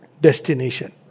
destination